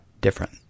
different